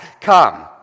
come